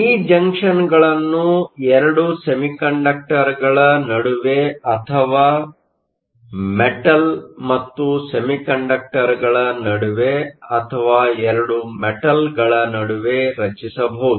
ಈ ಜಂಕ್ಷನ್ಗಳನ್ನು 2 ಸೆಮಿಕಂಡಕ್ಟರ್ಗಳ ನಡುವೆ ಅಥವಾ ಮೆಟಲ್ ಮತ್ತು ಸೆಮಿಕಂಡಕ್ಟರ್Semiconductorಗಳ ನಡುವೆ ಅಥವಾ 2 ಮೆಟಲ್ಗಳ ನಡುವೆ ರಚಿಸಬಹುದು